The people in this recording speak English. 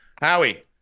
Howie